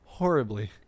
Horribly